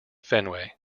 fenway